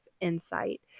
insight